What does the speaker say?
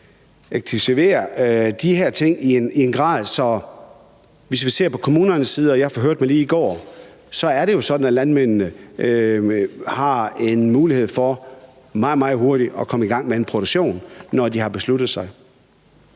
effektivisere de her ting i en grad, så det jo er sådan – hvis vi ser på det fra kommunernes side, og jeg forhørte mig lige i går – at landmændene har en mulighed for meget, meget hurtigt at komme i gang med en produktion, når de har besluttet sig.